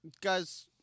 guys